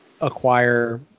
acquire